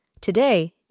Today